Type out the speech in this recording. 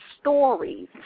stories